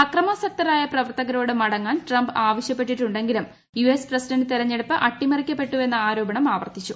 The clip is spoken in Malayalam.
അക്രമാസക്തരായ പ്രവർത്തകരോട് മടങ്ങാൻ ട്രംപ് ആവശ്യപ്പെട്ടിട്ടുണ്ടെങ്കിലും യുഎസ് പ്രസിഡന്റ് തെരഞ്ഞെടുപ്പ് അട്ടിമറിക്കപ്പെട്ടുവെന്ന ആരോപണം ആവർത്തിച്ചു